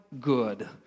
good